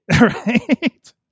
Right